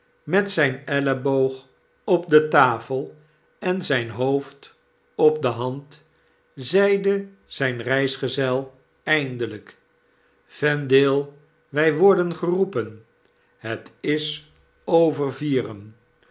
met zyn elleboog op de tafel en zyn hoofd op de hand zeide zynreisgezel eindelyk vendale wy worden geroepen het is over vieren